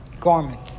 garment